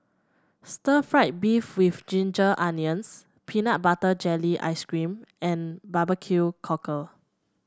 Stir Fried Beef with Ginger Onions Peanut Butter Jelly Ice cream and Barbecue Cockle